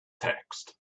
text